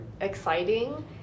exciting